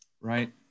Right